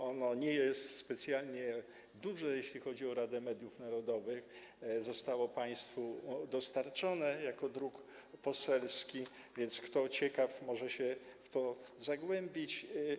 Ono nie jest specjalnie duże, jeśli chodzi o Radę Mediów Narodowych, zostało państwu dostarczone jako druk poselski, więc kto ciekaw, może się w to zagłębić.